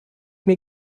mir